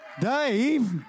Dave